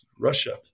Russia